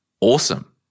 Awesome